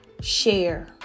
share